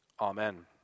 Amen